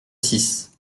six